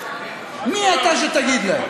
מי אתה שתגיד להם?